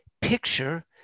picture